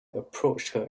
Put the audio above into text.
approached